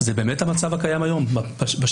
זה באמת המצב הקיים היום בשטח.